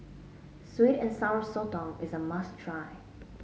Sweet and Sour Sotong is a must try